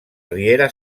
riera